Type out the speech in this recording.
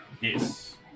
Yes